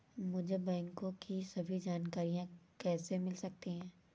मुझे बैंकों की सभी जानकारियाँ कैसे मिल सकती हैं?